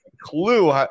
Clue